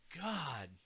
God